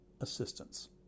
assistance